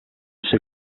ser